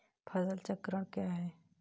फसल चक्रण क्या है?